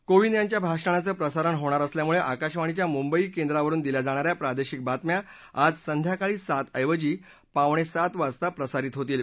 कोविद यांच्या भाषणाचं प्रसारण होणार असल्यामुळ आकाशवाणीच्या मुंबई केंद्रावरुन दिल्या जाणा या प्रादर्शिक बातम्या आज संध्याकाळी सातऐवजी पावणसीत वाजता प्रसारित होतील